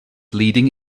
leading